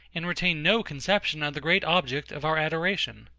and retain no conception of the great object of our adoration.